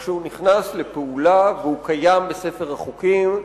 כשהוא נכנס לפעולה והוא קיים בספר החוקים,